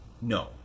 No